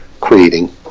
creating